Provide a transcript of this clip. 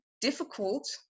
difficult